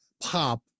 pop